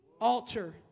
altar